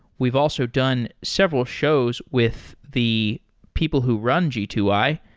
we've also done several shows with the people who run g two i,